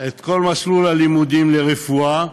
את כל מסלול לימודי רפואה,